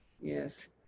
Yes